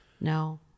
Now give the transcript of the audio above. No